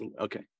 okay